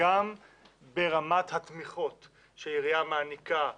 גם ברמת התמיכות שהעירייה מעניקה למוסדות,